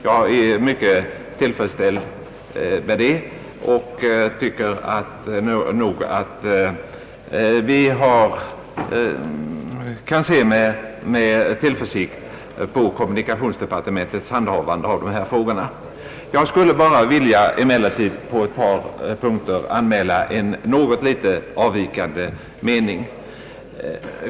Jag är mycket tillfredsställd härmed och tycker att vi efter detta nog kan se med tillförsikt på kommunikationsdepartementets handhavande av dessa frågor. Jag skulle emellertid bara på ett par punkter vilja anmäla en något avvikande mening.